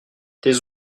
tes